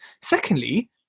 Secondly